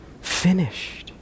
finished